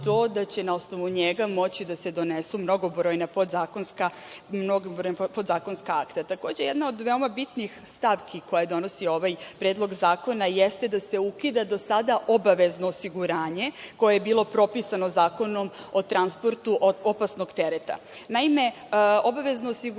da će na osnovu njega moći da se donesu mnogobrojna podzakonska akta. Takođe, jedna od veoma bitnih stavki koju donosi ovaj Predlog zakona jeste da se ukida do sada obavezno osiguranje koje je bilo propisano Zakonom o transportu opasnog tereta. Naime, obavezno osiguranje